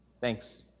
Thanks